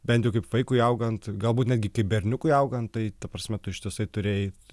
bent jau kaip vaikui augant galbūt netgi kaip berniukui augant tai ta prasme tu ištisai turi eit